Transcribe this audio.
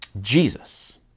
Jesus